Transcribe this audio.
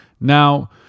Now